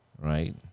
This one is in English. Right